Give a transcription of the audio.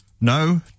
No